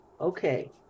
okay